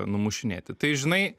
numušinėti tai žinai